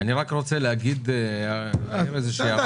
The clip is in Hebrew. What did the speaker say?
אני רוצה להעיר הערה קטנה.